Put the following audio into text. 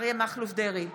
אריה מכלוף דרעי,